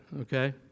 okay